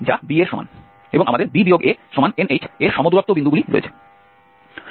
এবং আমাদের b anh এর সমদূরত্ব বিন্দুগুলি রয়েছে